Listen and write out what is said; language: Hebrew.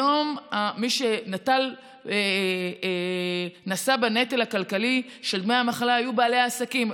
היום מי שנשא בנטל הכלכלי של דמי המחלה היו בעלי העסקים.